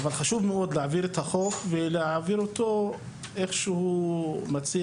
חשוב מאוד להעביר את החוק איך שהוא מציע,